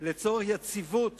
לצורך יציבות